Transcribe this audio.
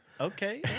Okay